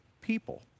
people